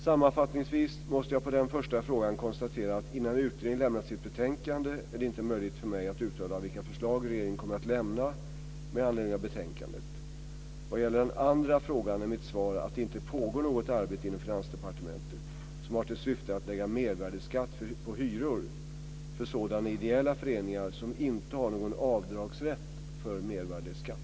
Sammanfattningsvis måste jag på den första frågan konstatera att innan utredningen lämnat sitt betänkande är det inte möjligt för mig att uttala vilka förslag regeringen kommer att lämna med anledning av betänkandet. Vad gäller den andra frågan är mitt svar att det inte pågår något arbete inom Finansdepartementet som har till syfte att lägga mervärdesskatt på hyror för sådana ideella föreningar som inte har någon avdragsrätt för mervärdesskatt.